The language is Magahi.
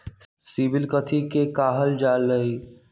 सिबिल कथि के काहल जा लई?